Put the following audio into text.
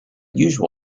usual